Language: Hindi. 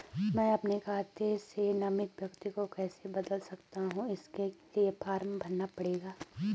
मैं अपने खाते से नामित व्यक्ति को कैसे बदल सकता हूँ इसके लिए फॉर्म भरना पड़ेगा?